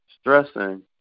Stressing